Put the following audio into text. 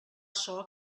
açò